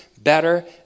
better